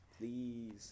please